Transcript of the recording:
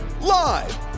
Live